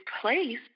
place